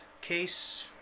case